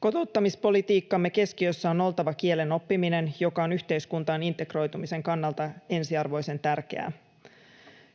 Kotouttamispolitiikkamme keskiössä on oltava kielen oppiminen, joka on yhteiskuntaan integroitumisen kannalta ensiarvoisen tärkeää.